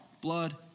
blood